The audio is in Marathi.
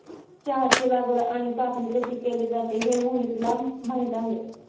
चहाची लागवड आणि कापणी कशी केली जाते हे मोहितला माहित आहे